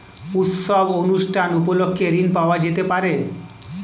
উৎসব অনুষ্ঠান উপলক্ষে ঋণ পাওয়া যেতে পারে?